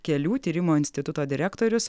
kelių tyrimo instituto direktorius